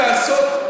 עם זאת, צריך לעשות,